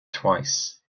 twice